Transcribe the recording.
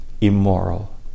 immoral